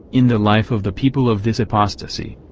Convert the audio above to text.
in the life of the people of this apostasy.